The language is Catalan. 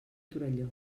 torelló